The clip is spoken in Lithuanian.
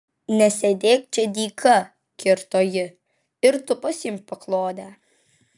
nesėdėk čia dyka kirto ji ir tu pasiimk paklodę